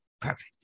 Perfect